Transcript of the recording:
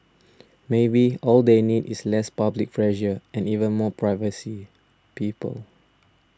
maybe all they need is less public pressure and even more privacy people